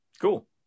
Cool